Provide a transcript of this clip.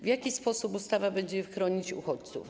W jaki sposób ustawa będzie chronić uchodźców?